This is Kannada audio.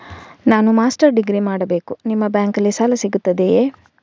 ನಾನು ಮಾಸ್ಟರ್ ಡಿಗ್ರಿ ಮಾಡಬೇಕು, ನಿಮ್ಮ ಬ್ಯಾಂಕಲ್ಲಿ ಸಾಲ ಸಿಗುತ್ತದೆಯೇ?